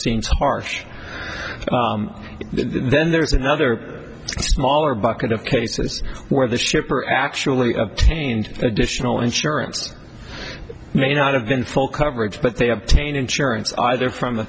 seems harsh and then there's another smaller bucket of cases where the shipper actually obtained additional insurance may not have been full coverage but they obtain insurance either from